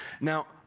Now